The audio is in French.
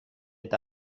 est